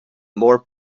more